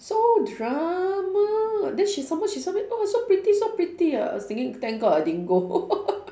so drama then she some more she send me !wah! so pretty so pretty ah I was thinking thank god I didn't go